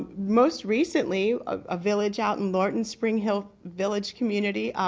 most recently of a village out in lorton spring hill village community.